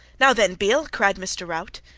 now then, beale! cried mr. rout.